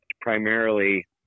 Primarily